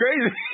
crazy